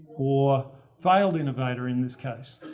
or failed innovator in this case.